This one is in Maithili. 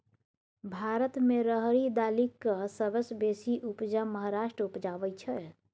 भारत मे राहरि दालिक सबसँ बेसी उपजा महाराष्ट्र उपजाबै छै